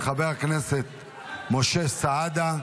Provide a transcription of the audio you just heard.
של חבר הכנסת משה סעדה.